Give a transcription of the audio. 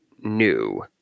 new